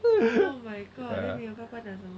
oh my god then 你的爸爸讲什么